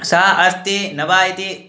सा अस्ति न वा इति